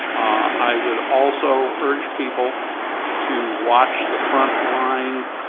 i would also urge people to watch the frontline